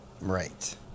Right